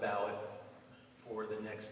ballot for the next